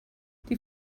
die